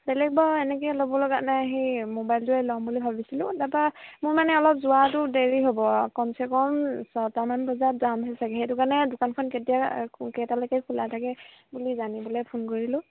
বেলেগ বাৰু এনেকৈ ল'ব লগা নাই সেই মোবাইলটোৱে ল'ম বুলি ভাবিছিলো তাপা মোৰ মানে অলপ যোৱাটো দেৰি হ'ব কমচে কম ছটামান বজাত যামহে চাগে সেইটো কাৰণে দোকানখন কেতিয়া কেইটালৈকে খোলা থাকে বুলি জানিবলৈ ফোন কৰিলোঁ